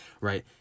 right